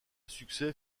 succès